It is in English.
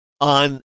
on